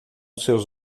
seus